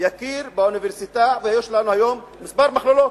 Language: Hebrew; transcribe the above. יכיר באוניברסיטה, ויש לנו היום כמה מכללות.